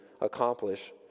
accomplish